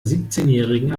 siebzehnjährigen